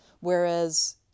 whereas